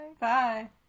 Bye